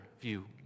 view